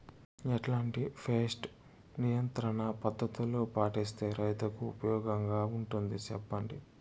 ఎట్లాంటి పెస్ట్ నియంత్రణ పద్ధతులు పాటిస్తే, రైతుకు ఉపయోగంగా ఉంటుంది సెప్పండి?